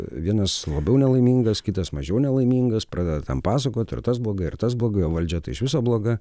vienas labiau nelaimingas kitas mažiau nelaimingas pradeda ten pasakot ir tas blogai ir tas blogai o valdžia tai iš viso bloga